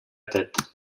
tête